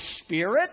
spirit